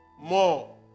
more